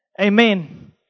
Amen